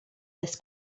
this